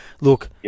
Look